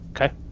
okay